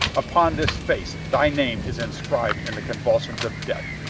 upon this face thy name is inscribed in the convulsions of death,